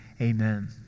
amen